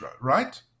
right